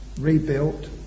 rebuilt